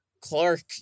Clark